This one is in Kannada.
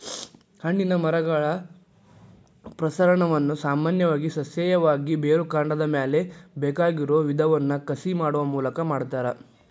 ಹಣ್ಣಿನ ಮರಗಳ ಪ್ರಸರಣವನ್ನ ಸಾಮಾನ್ಯವಾಗಿ ಸಸ್ಯೇಯವಾಗಿ, ಬೇರುಕಾಂಡದ ಮ್ಯಾಲೆ ಬೇಕಾಗಿರೋ ವಿಧವನ್ನ ಕಸಿ ಮಾಡುವ ಮೂಲಕ ಮಾಡ್ತಾರ